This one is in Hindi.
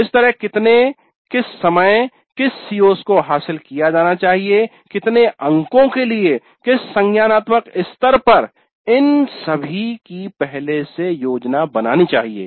तो इस तरह कितने किस समय किस CO's को हासिल किया जाना चाहिए कितने अंकों के लिए किस संज्ञानात्मक स्तर पर इन सभी की पहले से योजना बनानी चाहिए